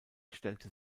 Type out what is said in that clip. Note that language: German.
stellte